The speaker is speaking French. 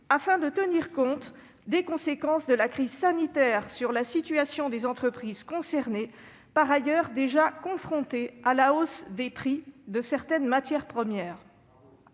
afin de tenir compte des conséquences de la crise sanitaire sur la situation des entreprises concernées, déjà confrontées à la hausse des prix de certaines matières premières.